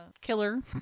killer